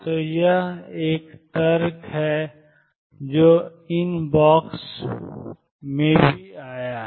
तो यह एक तर्क है जो इनबॉक्स में भी आया है